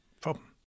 problem